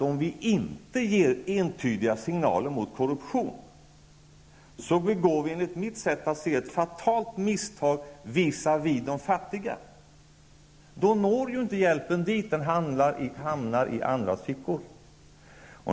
Om vi inte ger entydiga signaler mot korruption begår vi enligt mitt sätt att se ett fatalt misstag visavi de fattiga. Då når hjälpen inte dit; den hamnar i andras fickor.